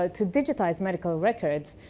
ah to digitize medical records,